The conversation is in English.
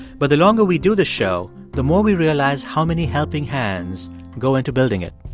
but the longer we do the show, the more we realize how many helping hands go into building it.